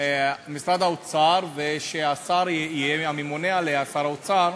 משרד האוצר, ושהשר יהיה הממונה עליה, שר האוצר,